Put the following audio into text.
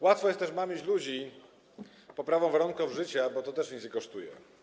Łatwo jest też mamić ludzi poprawą warunków życia, bo to też nic nie kosztuje.